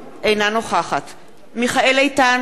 אינה נוכחת מיכאל איתן,